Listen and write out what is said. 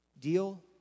deal